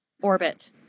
orbit